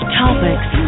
topics